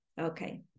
okay